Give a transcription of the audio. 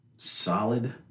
solid